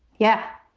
yeah.